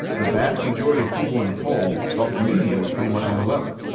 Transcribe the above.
the vast majority of people in the poll thought the media was pretty much on the level.